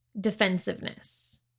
defensiveness